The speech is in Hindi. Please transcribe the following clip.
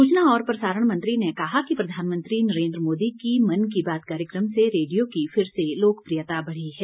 सूचना और प्रसारण मंत्री ने कहा कि प्रधानमंत्री नरेन्द्र मोदी की मन की बात कार्यक्रम से रेडियो की फिर से लोकप्रियता बढ़ी है